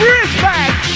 Respect